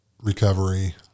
recovery